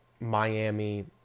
Miami